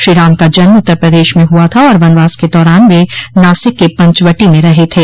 श्रीराम का जन्म उत्तर प्रदेश में हुआ था और वनवास के दौरान वे नासिक के पंचवटी में रहे थें